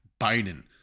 Biden